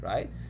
Right